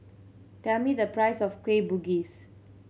tell me the price of Kueh Bugis